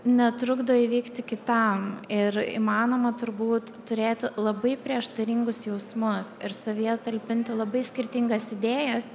netrukdo įvykti kitam ir įmanoma turbūt turėti labai prieštaringus jausmus ir savyje talpinti labai skirtingas idėjas